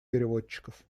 переводчиков